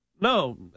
no